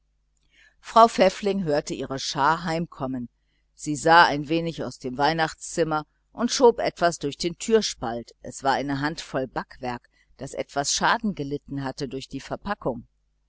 frau pfäffling hörte ihre schar heimkommen sie sah ein wenig heraus aus dem weihnachtszimmer und schob etwas durch den türspalt es war eine handvoll backwerk das etwas schaden gelitten hatte durch die verpackung